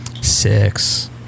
Six